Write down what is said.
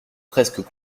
presque